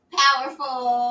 powerful